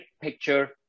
Picture